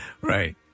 Right